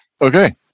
Okay